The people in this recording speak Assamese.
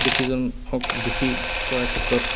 ব্যক্তিজন হওক দোষী কৰাৰ ক্ষেত্ৰত